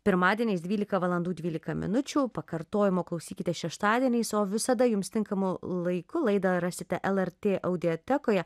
pirmadieniais dvylika valandų dvylika minučių pakartojimo klausykitės šeštadieniais o visada jums tinkamu laiku laidą rasite lrt audiotekoje